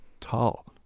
tall